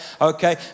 okay